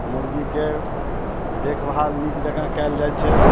मुर्गीक देखभाल नीक जगह कयल जाइ छै